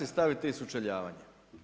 Stavi ti sučeljavanje.